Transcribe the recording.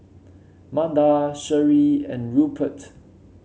Manda Sheree and Rupert